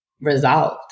resolved